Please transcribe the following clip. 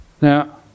Now